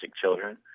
children